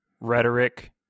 rhetoric